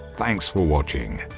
thanks for watching.